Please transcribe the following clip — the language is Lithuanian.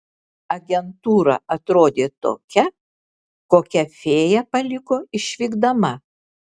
agentūra atrodė tokia kokią fėja paliko išvykdama